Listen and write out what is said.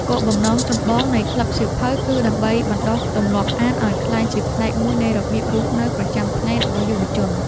គោលបំណងចម្បងនៃក្លឹបសៀវភៅគឺដើម្បីបណ្តុះទម្លាប់អានឱ្យក្លាយជាផ្នែកមួយនៃរបៀបរស់នៅប្រចាំថ្ងៃរបស់យុវជន។